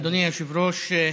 אדוני היושב-ראש,